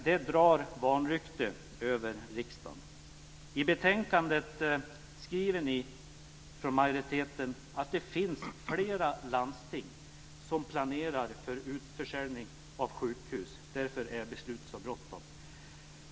Det drar vanrykte över riksdagen. I betänkandet skriver majoriteten att det finns flera landsting som planerar för utförsäljning av sjukhus, och att det därför är så bråttom med beslutet.